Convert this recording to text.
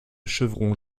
chevrons